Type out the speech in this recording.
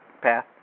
path